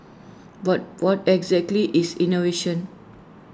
but what exactly is innovation